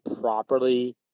properly